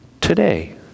today